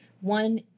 One